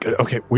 Okay